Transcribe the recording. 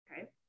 okay